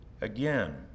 again